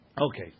Okay